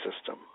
System